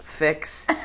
fix